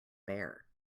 bear